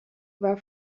war